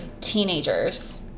teenagers